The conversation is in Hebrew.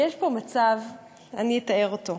אני אתאר אותו: